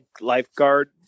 lifeguard